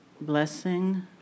blessing